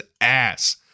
ass